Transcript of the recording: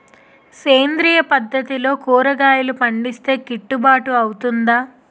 సేంద్రీయ పద్దతిలో కూరగాయలు పండిస్తే కిట్టుబాటు అవుతుందా?